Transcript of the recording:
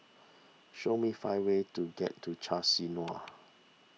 show me five ways to get to Chisinau